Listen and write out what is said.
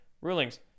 rulings